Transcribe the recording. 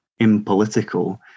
impolitical